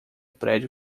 prédio